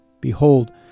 Behold